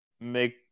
make